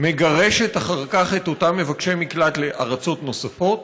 חבר הכנסת חזן, אני קורא אותך לסדר בפעם השנייה.